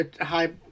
high